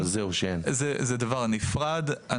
זה דבר נפרד.